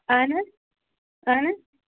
اَہَن حظ اَہن حظ